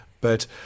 but-